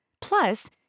Plus